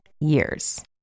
years